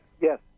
Yes